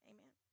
Amen